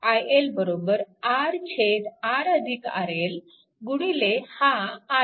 iL RRRL गुणिले हा i